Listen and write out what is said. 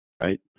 Right